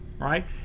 right